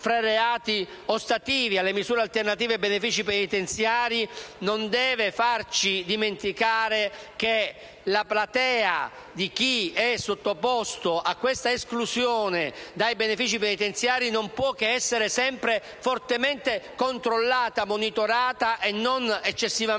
tra i reati ostativi alle misure alternative e ai benefici penitenziari non deve farci dimenticare che la platea di chi è sottoposto all'esclusione da tali benefici deve essere sempre fortemente controllata, monitorata e non eccessivamente